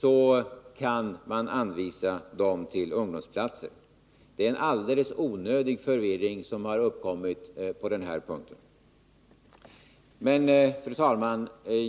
Man kan anvisa dem till ungdomsplatser. Det är en alldeles onödig förvirring som här uppkommit på den här punkten. Fru talman!